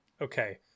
okay